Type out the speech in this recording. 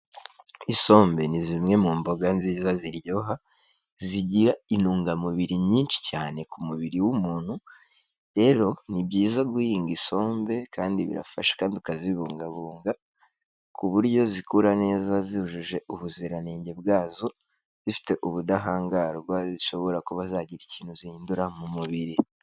Isombe ni zimwe mu mboga nziza ziryoha, zigira intungamubiri nyinshi cyane ku mubiri w'umuntu, rero ni byiza guhinga isombe kandi birafasha kandi ukazibungabunga, ku buryo zikura neza zujuje ubuziranenge bwazo, zifite ubudahangarwa zishobora kuba zagira ikintu zihindura mu mubiri.